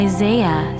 Isaiah